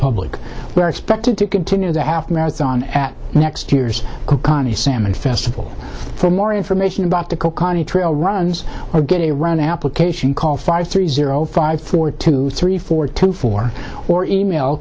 public we are expected to continue the half marathon at next year's salmon festival for more information about the kokanee trail runs or get a run application call five three zero five four two three four two four or email